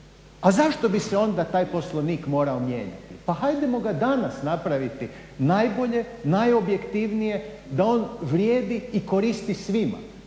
A zašto bi se onda taj Poslovnik morao mijenjati? Pa hajdemo ga danas napraviti najbolje, najobjektivnije, da on vrijedi i koristi svima.